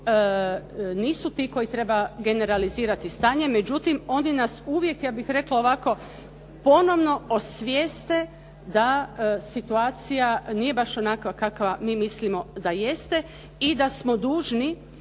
nisu ti koji treba generalizirati stanje, međutim, oni nas uvijek, ja bih rekla, ovako ponovno osvijeste da situacija nije baš onakva kakva mi mislimo da jeste i da smo dužni